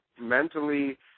mentally